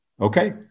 okay